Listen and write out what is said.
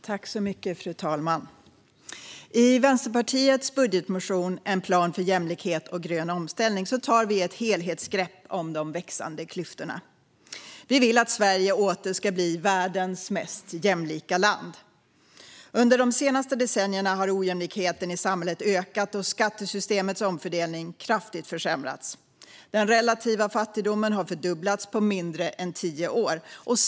Fru talman! I Vänsterpartiets budgetmotion En plan för jämlikhet och grön omställning tar vi ett helhetsgrepp om de växande klyftorna. Vi vill att Sverige åter ska bli världens mest jämlika land. Under de senaste decennierna har ojämlikheten i samhället ökat och skattesystemets omfördelning kraftigt försämrats. Den relativa fattigdomen har fördubblats på mindre än tio år.